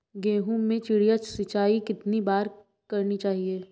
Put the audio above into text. गेहूँ में चिड़िया सिंचाई कितनी बार करनी चाहिए?